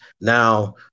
Now